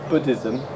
Buddhism